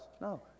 No